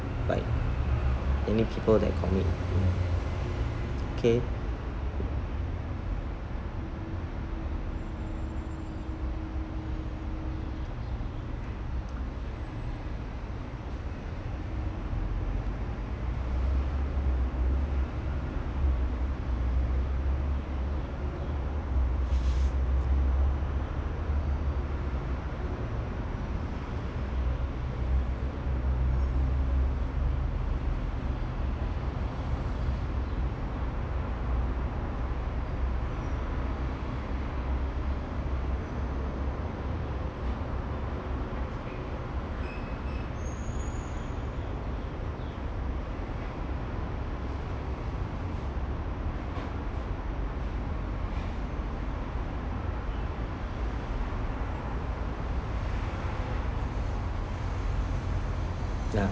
like any people that commit K ya